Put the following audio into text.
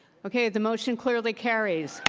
okay. the motion clearly carries.